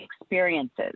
experiences